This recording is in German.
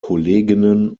kolleginnen